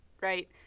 right